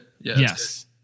Yes